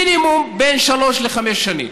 זה מינימום בין שלוש לחמש שנים.